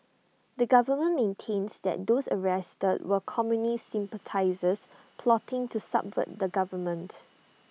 the government maintains that those arrested were communist sympathisers plotting to subvert the government